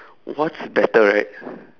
what's better right